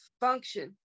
function